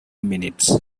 minutes